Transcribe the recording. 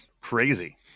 Crazy